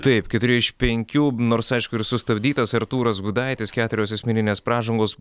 taip keturi iš penkių nors aišku ir sustabdytas artūras gudaitis keturios asmeninės pražangos